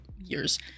years